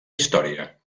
història